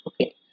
okay